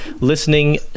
listening